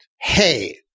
hey